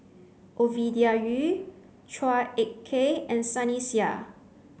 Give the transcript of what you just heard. Ovidia Yu Chua Ek Kay and Sunny Sia